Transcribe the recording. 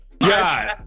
god